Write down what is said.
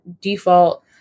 default